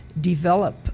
develop